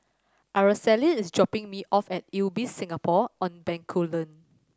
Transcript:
Araceli is dropping me off at Ibis Singapore On Bencoolen